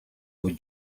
would